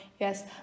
yes